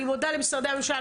אני מודה למשרדי הממשלה,